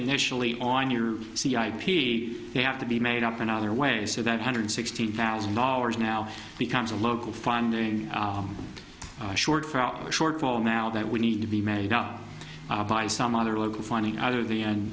initially on your c i p they have to be made up in other ways so that hundred sixteen thousand dollars now becomes a local funding short for our shortfall now that we need to be made up by some other local finding other th